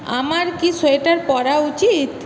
আমার কি সোয়েটার পরা উচিত